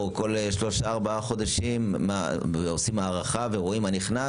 או כל שלושה-ארבעה חודשים עושים הערכה ורואים מה נכנס,